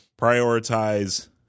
prioritize